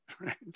right